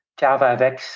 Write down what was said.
JavaFX